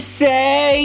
say